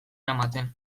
eramaten